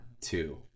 two